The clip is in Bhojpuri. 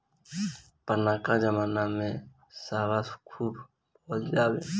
पुरनका जमाना में सावा खूब बोअल जाओ